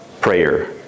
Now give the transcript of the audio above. prayer